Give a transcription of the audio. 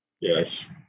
Yes